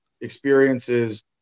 experiences